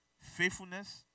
faithfulness